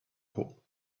hole